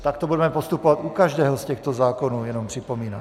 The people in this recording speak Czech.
Takto budeme postupovat u každého z těchto zákonů, jenom připomínám.